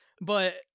but-